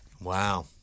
Wow